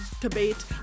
debate